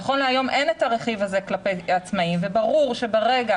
נכון להיום אין את הרכיב הזה כלפי עצמאים וברור שברגע